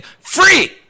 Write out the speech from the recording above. free